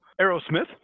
Aerosmith